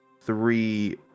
three